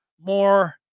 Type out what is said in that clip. more